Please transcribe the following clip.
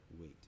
wait